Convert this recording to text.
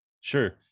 Sure